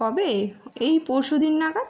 কবে এই পরশুদিন নাগাদ